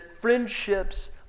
friendships